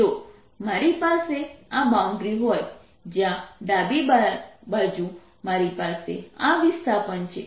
જો મારી પાસે આ બાઉન્ડ્રી હોય જ્યાં ડાબી બાજુ મારી પાસે આ વિસ્થાપન છે